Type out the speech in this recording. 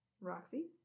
Roxy